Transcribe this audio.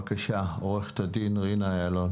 עו"ד רינה איילין